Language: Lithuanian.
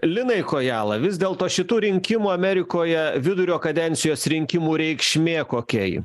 linai kojala vis dėlto šitų rinkimų amerikoje vidurio kadencijos rinkimų reikšmė kokia ji